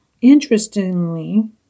Interestingly